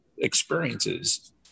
experiences